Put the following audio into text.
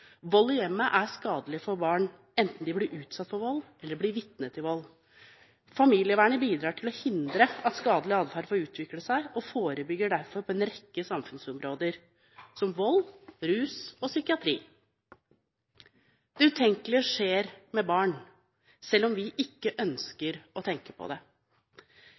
Vold i hjemmet er skadelig for barn, enten de blir utsatt for vold, eller blir vitne til vold. Familievernet bidrar til å hindre at skadelig adferd får utvikle seg, og forebygger derfor på en rekke samfunnsområder, som vold, rus og psykiatri. Det utenkelige skjer med barn, selv om vi ikke ønsker å tenke på det.